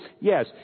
yes